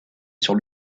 sur